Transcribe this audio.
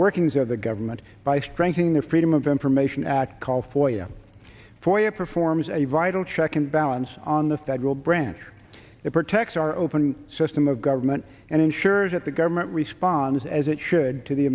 workings of the government by strengthening the freedom of information act call for you for your performs a vital check and balance on the federal branch that protects our open system of government and ensures that the government responds as it should to the